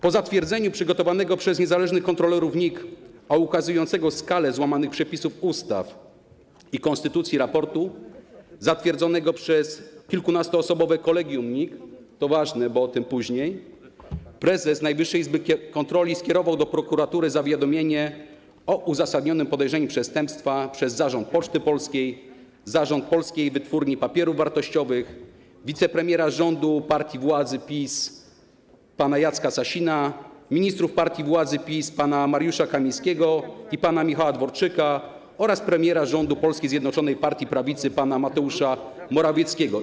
Po zatwierdzeniu przygotowanego przez niezależnych kontrolerów NIK, a ukazującego skalę złamanych przepisów ustaw i konstytucji raportu, zatwierdzonego przez kilkunastoosobowe kolegium NIK - to ważne, bo o tym później - prezes Najwyższej Izby Kontroli skierował do prokuratury zawiadomienie o uzasadnionym podejrzeniu popełnienia przestępstwa przez zarząd Poczty Polskiej, zarząd Polskiej Wytwórni Papierów Wartościowych, wicepremiera rządu partii władzy PiS pana Jacka Sasina, ministrów partii władzy PiS pana Mariusza Kamińskiego i pana Michała Dworczyka oraz premiera rządu polskiej zjednoczonej partii prawicy pana Mateusza Morawieckiego.